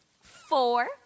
four